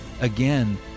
Again